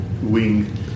wing